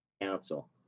Council